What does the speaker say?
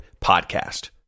PODCAST